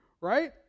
right